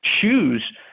choose